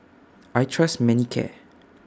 I Trust Manicare